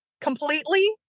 completely